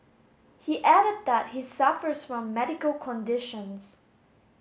he added that he suffers from medical conditions